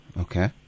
Okay